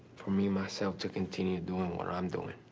for me myself to continue doing what i'm doing.